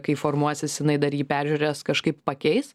kai formuosis jinai dar jį peržiūrės kažkaip pakeis